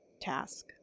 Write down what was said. task